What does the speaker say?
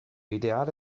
ideale